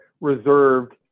reserved